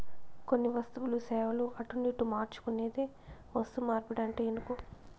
కొన్ని వస్తువులు, సేవలు అటునిటు మార్చుకునేదే వస్తుమార్పిడంటే ఇనుకో